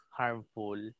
harmful